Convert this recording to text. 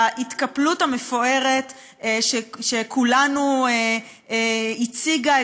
בהתקפלות המפוארת שכולנו הציגה,